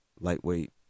lightweight